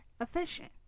efficient